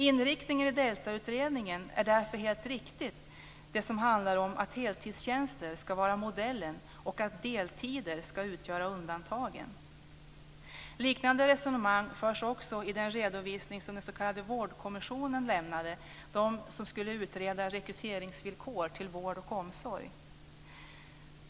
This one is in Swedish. Inriktningen i DELTA-utredningen är därför helt riktig. Det handlar om att heltidstjänster ska vara modellen och deltider ska utgöra undantagen. Liknande resonemang förs också i den redovisning som den s.k. Vårdkommissionen lämnade. De skulle utreda rekryteringsvillkor till vård och omsorg.